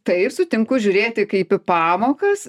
taip sutinku žiūrėti kaip į pamokas